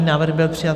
Návrh byl přijat.